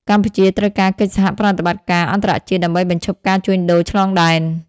កម្ពុជាត្រូវការកិច្ចសហប្រតិបត្តិការអន្តរជាតិដើម្បីបញ្ឈប់ការជួញដូរឆ្លងដែន។